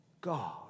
God